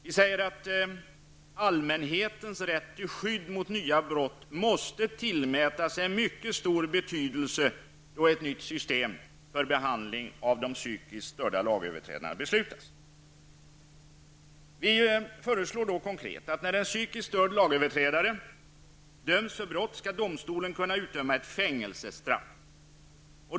Vi menar att allmänhetens rätt till skydd mot nya brott måste tillmätas mycket stor betydelse då ett nytt system för behandling av psykiskt störda lagöverträdarna skall beslutas. Vi föreslår konkret att när en psykiskt störd lagöverträdare döms för brott skall domstolen kunna döma till ett fängelsestraff.